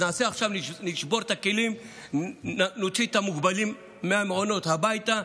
אז נשבור עכשיו את הכלים ונוציא את המוגבלים מהמעונות הביתה?